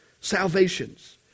salvations